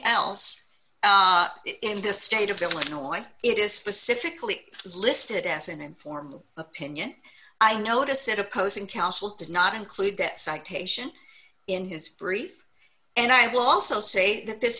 else in this state of illinois it is specifically listed as an informed opinion i notice it opposing counsel did not include that citation in his brief and i will also say that this